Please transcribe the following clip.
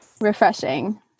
Refreshing